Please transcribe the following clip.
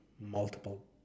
multiple